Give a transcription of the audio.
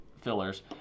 fillers